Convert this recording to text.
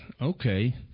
okay